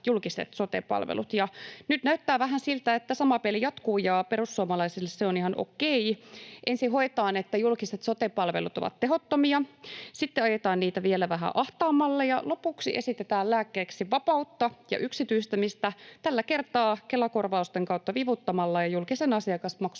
julkiset sote-palvelut. Nyt näyttää vähän siltä, että sama peli jatkuu ja perussuomalaisille se on ihan okei. Ensin hoetaan, että julkiset sote-palvelut ovat tehottomia, sitten ajetaan niitä vielä vähän ahtaammalle ja lopuksi esitetään lääkkeeksi vapautta ja yksityistämistä — tällä kertaa Kela-korvausten kautta vivuttamalla ja julkisen asiakasmaksuja